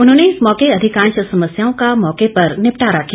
उन्होंने इस मौके अधिकांश समस्याओं का मौके पर निपटारा किया